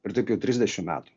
ir taip jau trisdešimt metų